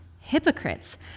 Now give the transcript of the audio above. Hypocrites